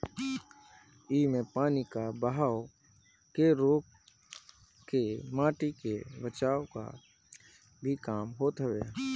इमे पानी कअ बहाव के रोक के माटी के बचावे कअ भी काम होत हवे